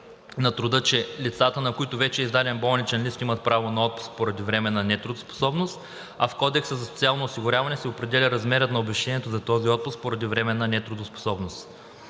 на труда, че лицата, на които вече е издаден болничен лист, имат право на отпуск поради временна нетрудоспособност, а в Кодекса за социално осигуряване се определя размерът на обезщетението за този отпуск поради временна нетрудоспособност.